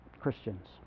Christians